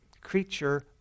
creature